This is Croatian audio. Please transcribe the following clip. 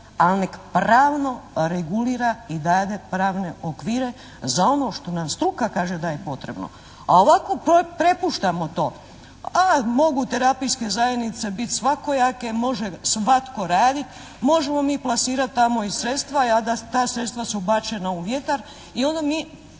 Al' nek pravno regulira i dade pravne okvire za ono što nam struka kaže da je potrebno. A ovako prepuštamo to. A mogu terapijske zajednice bit svakojake, može svatko radit, možemo mi plasirat tamo i sredstva a da ta sredstva su bačena u vjetar i onda mi,